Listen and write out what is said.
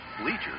bleachers